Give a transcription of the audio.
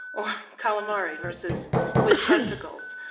or calamari versus squid tentacles.